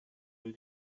will